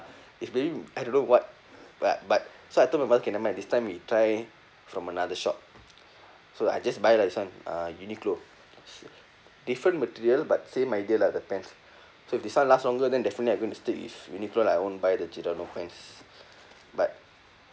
it's very I don't know what bu~ but so I told my mother okay nevermind this time we try from another shop so I just buy lah this one uh Uniqlo different material but same idea lah the pants so if this one last longer then definitely I'm gonna stick with Uniqlo lah I won't buy the Giordano pants but